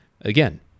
again